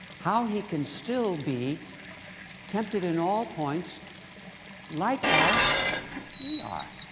how he can still be tempted in all points like as we are,